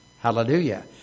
hallelujah